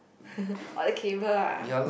orh the cable ah